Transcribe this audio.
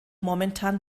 momentan